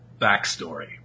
backstory